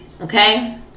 Okay